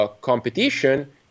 Competition